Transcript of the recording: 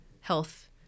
health